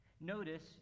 Notice